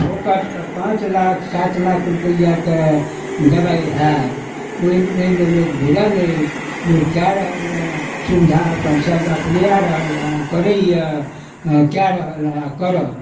फोकटके पाँच लाख सात लाख रुपैयाके दबाइ हैत ओइ ओइम लोक भिड़ल अछि लोक कए रहल सुविधा अपन सभ अपने रहलहँ करै हँ कए रहल हँ करत